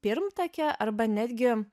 pirmtakė arba netgi